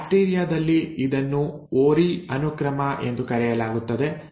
ಬ್ಯಾಕ್ಟೀರಿಯಾದಲ್ಲಿ ಇದನ್ನು ಓರಿ ಅನುಕ್ರಮ ಎಂದು ಕರೆಯಲಾಗುತ್ತದೆ